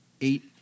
eight